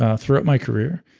ah throughout my career,